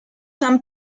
han